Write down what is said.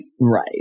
right